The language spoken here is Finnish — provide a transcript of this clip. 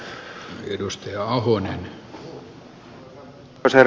arvoisa herra puhemies